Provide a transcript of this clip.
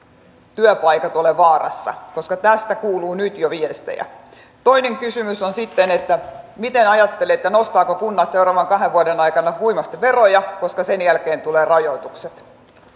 työpaikat ole vaarassa tästä kuuluu nyt jo viestejä toinen kysymys sitten miten ajattelette nostavatko kunnat seuraavan kahden vuoden aikana huimasti veroja koska sen jälkeen tulevat rajoitukset